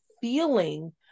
feeling